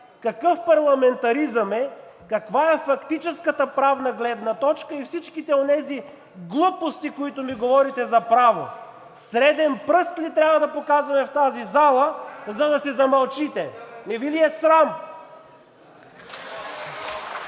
какъв парламентаризъм е, каква е фактическата правна гледна точка и всичките онези глупости, които ми говорите за право. Среден пръст ли трябва да показваме в тази зала, за да си замълчите? Не Ви ли е срам?